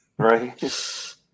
Right